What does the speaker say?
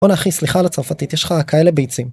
בואנ'ה אחי סליחה על הצרפתית יש לך כאלה ביצים